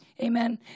Amen